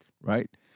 Right